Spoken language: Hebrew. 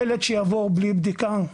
ילד שיבוא בלי בדיקה,